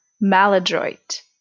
maladroit